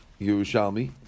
Yerushalmi